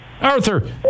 Arthur